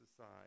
aside